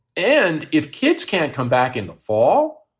and if kids can't come back in the fall,